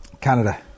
Canada